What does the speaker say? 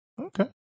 Okay